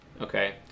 okay